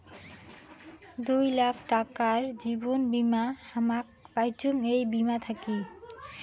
দুই লাখ টাকার জীবন বীমা হামাক পাইচুঙ এই বীমা থাকি